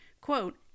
quote